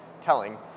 telling